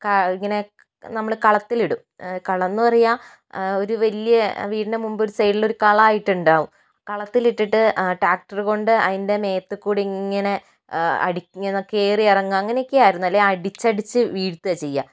ഇങ്ങനെ നമ്മൾ കളത്തിൽ ഇടും കളമെന്ന് പറയുക ഒരു വലിയ വീടിൻ്റെ മുൻപിൽ സൈഡിൽ ഒരു കളം ആയിട്ടുണ്ടാകും കളത്തിൽ ഇട്ടിട്ട് ടാക്ടർ കൊണ്ട് അതിന്റെ മേത്തുകൂടി ഇങ്ങനെ അടി ഇങ്ങനെ കയറിയിറങ്ങുക അങ്ങനെയൊക്കെയായിരുന്നു അല്ലെങ്കിൽ അടിച്ചടിച്ച് വീഴ്ത്തുകയ ചെയ്യുക